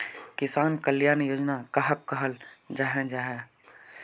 किसान कल्याण योजना कहाक कहाल जाहा जाहा?